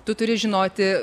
tu turi žinoti